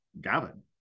Gavin